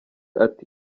ati